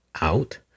out